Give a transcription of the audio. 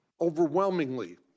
Overwhelmingly